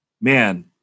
man